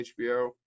HBO